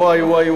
ואי,